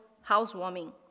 housewarming